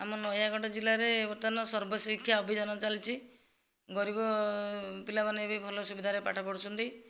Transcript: ଆମ ନୟାଗଡ଼ ଜିଲ୍ଲାରେ ବର୍ତ୍ତମାନ ସର୍ବଶିକ୍ଷା ଅଭିଯାନ ଚାଲିଛି ଗରିବ ପିଲାମାନେ ବି ଭଲ ସୁବିଧାରେ ପାଠ ପଢୁଛନ୍ତି